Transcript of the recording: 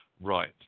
right